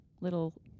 little